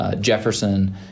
Jefferson